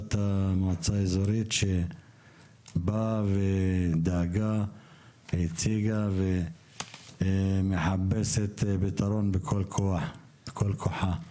לראשת המועצה האזורית שבאה והציגה את הנושא ומחפשת פתרון בכל כוחה,